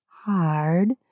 hard